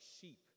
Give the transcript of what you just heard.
sheep